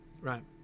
right